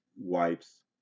wipes